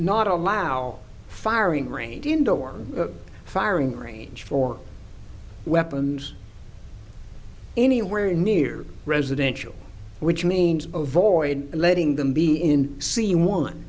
not allow firing range indoor firing range for weapons anywhere near residential which means avoid letting them be in see one